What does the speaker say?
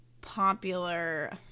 popular